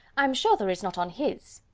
i am sure there is not on his.